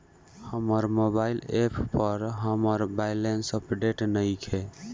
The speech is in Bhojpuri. हमर मोबाइल ऐप पर हमर बैलेंस अपडेट नइखे